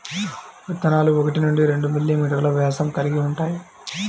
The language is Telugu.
విత్తనాలు ఒకటి నుండి రెండు మిల్లీమీటర్లు వ్యాసం కలిగి ఉంటాయి